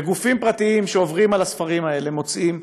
וגופים פרטיים שעוברים על הספרים האלה מוצאים,